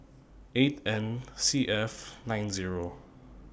eight N C F nine Zero